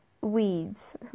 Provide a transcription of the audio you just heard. weeds